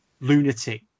lunatic